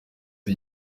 iri